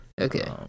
okay